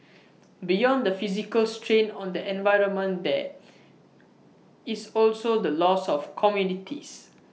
beyond the physical strain on the environment there is also the loss of communities